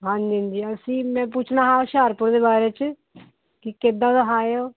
ਹਾਂਜੀ ਹਾਂਜੀ ਅਸੀਂ ਮੈਂ ਪੁੱਛਣਾ ਹਾਂ ਹੁਸ਼ਿਆਰਪੁਰ ਦੇ ਬਾਰੇ 'ਚ ਕਿ ਕਿੱਦਾਂ ਦਾ ਹੈ ਉਹ